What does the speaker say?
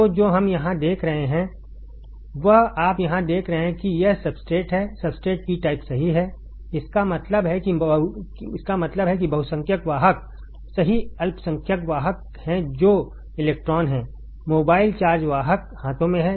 तो जो हम यहां देख रहे हैं वह आप यहां देख रहे हैं कि यह सब्सट्रेट है सब्सट्रेट P टाइप सही है इसका मतलब है कि बहुसंख्यक वाहक सही अल्पसंख्यक वाहक हैं जो इलेक्ट्रॉन हैं मोबाइल चार्ज वाहक हाथों में हैं